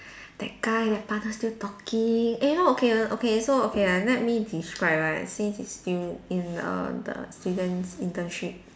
that guy that bugger still talking eh no okay okay so okay ah let me describe ah since it's still in the the student's internship